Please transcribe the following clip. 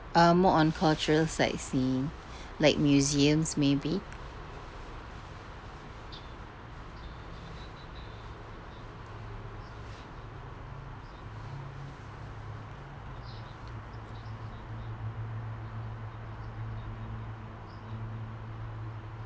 uh more on cultural sightseeing like museums maybe